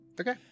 Okay